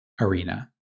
arena